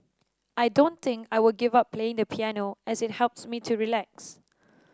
I don't think I will give up playing the piano as it helps me to relax